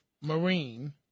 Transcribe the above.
Marine